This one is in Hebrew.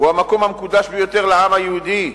הוא המקום המקודש ביותר לעם היהודי.